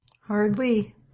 hardly